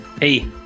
Hey